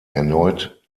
erneut